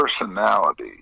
personality